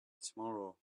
tomorrow